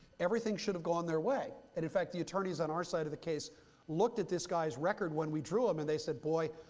everything should have gone their way. and in fact, the attorneys on our side of the case looked at this guy's record when we drew him, and they said, boy,